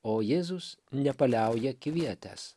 o jėzus nepaliauja kvietęs